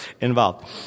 involved